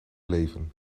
leven